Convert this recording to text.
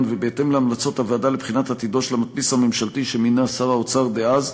ובהתאם להמלצות הוועדה לבחינת עתידו של המדפיס הממשלתי שמינה שר האוצר דאז,